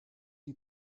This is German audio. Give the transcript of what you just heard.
die